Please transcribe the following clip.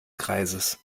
kreises